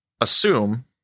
assume